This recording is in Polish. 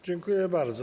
Dziękuję bardzo.